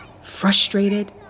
frustrated